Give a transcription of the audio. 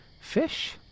fish